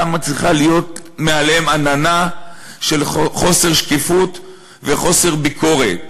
למה צריכה להיות מעליהם עננה של חוסר שקיפות וחוסר ביקורת,